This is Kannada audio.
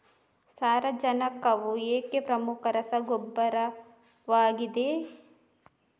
ಸಾರಜನಕವು ಏಕೆ ಪ್ರಮುಖ ರಸಗೊಬ್ಬರವಾಗಿದೆ?